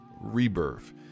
Rebirth